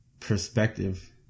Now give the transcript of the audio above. perspective